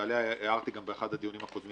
ועליה גם הערתי באחד הדיונים הקודמים